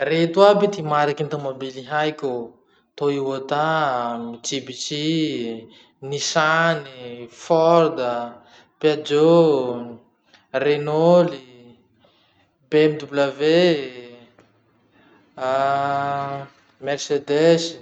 Reto aby ty mariky ny tomobily haiko: toyota, mitsibushi, nissan, ford, peugeot, renault, bmw, mercedes.